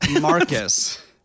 Marcus